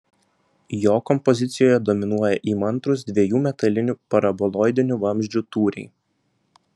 jo kompozicijoje dominuoja įmantrūs dviejų metalinių paraboloidinių vamzdžių tūriai